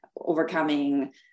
overcoming